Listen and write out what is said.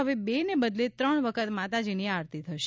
હવે બે ને બદલે ત્રણ વખત માતાજીની આરતી થશે